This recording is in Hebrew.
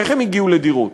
איך הם הגיעו לדירות?